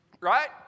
Right